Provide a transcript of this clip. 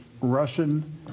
russian